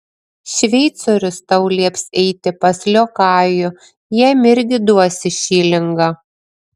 šveicorius tau lieps eiti pas liokajų jam irgi duosi šilingą